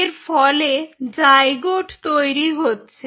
এর ফলে জাইগোট তৈরি হচ্ছে